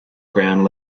ground